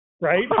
right